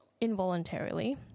involuntarily